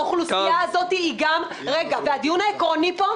הדיון העקרוני פה: